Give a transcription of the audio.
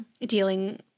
dealing